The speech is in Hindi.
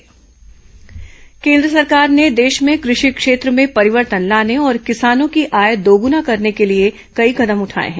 कृषि कानून केन्द्र सरकार ने देश में कृषि क्षेत्र में परिवर्तन लाने और किसानों की आय दोगुना करने के लिए कई कदम उठाए हैं